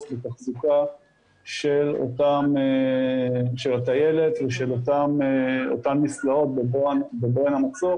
לתחזוקה של הטיילת ושל אותן מסלעות בבוהן המצוק